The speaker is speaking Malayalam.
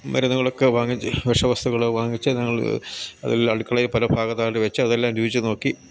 മരുന്നുകളൊക്കെ വാങ്ങിച്ച് വിഷവസ്തുകൾ വാങ്ങിച്ച് ഞങ്ങൾ അതിൽ അടുക്കളയിൽ പല ഭാഗത്തായിട്ട് വെച്ച് അതെല്ലാം രൂചിച്ചു നോക്കി